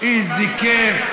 איזה כיף,